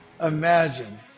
imagine